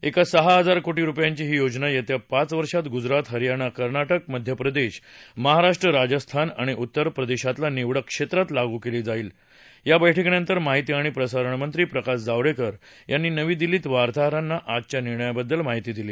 एकूण सहा हजार कोटी रुपयांची ही योजना येत्या पाच वर्षात ग्जरात हरयाणा कर्नाटक मध्यप्रेदश महाराष्ट्र राजस्थान आणि उत्तर प्रदेशातल्या निवडक क्षेत्रात लागू केली जाणार आहे या बैठकीनंतर माहिती आणि प्रसारण मंत्री प्रकाश जावडेकर यांनी नवी दिल्लीत वार्ताहरांना आजच्या निर्णयांबद्दल माहिती दिली